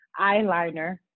eyeliner